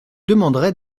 demanderai